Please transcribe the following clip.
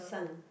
son